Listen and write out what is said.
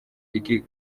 lick